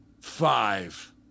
five